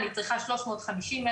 אני צריכה 350 מ"ר,